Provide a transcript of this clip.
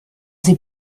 sie